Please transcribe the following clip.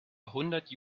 hundert